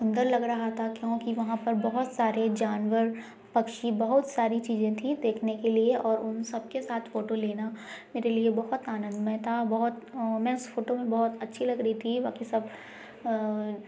सुन्दर लग रहा था क्योंकि वहाँ पर बहुत सारे जानवर पक्षी बहुत सारी चीज़ें थी देखने के लिए और उन सब के साथ फोटो लेना मेरे लिए बहुत आनंदमय था बहुत मैं उस फोटो में बहुत अच्छी लग रही थी बाकी सब